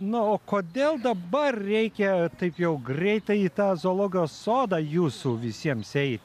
na o kodėl dabar reikia taip jau greitai į tą zoologijos sodą jūsų visiems eiti